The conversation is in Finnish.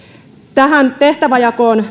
tähän tehtäväjakoon